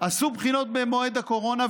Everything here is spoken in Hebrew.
שעשו בהם בחינות במועד הקורונה,